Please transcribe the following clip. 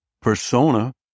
persona